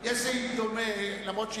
יש סעיף דומה לסיעת חד"ש,